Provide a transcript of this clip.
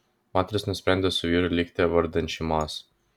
moteris nusprendė su vyru likti vardan šeimos